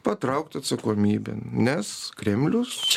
patraukt atsakomybėn nes kremlius